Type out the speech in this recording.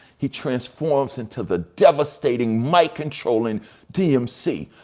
he transforms into the devastating, mind controlling dmc.